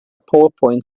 powerpoint